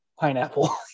pineapple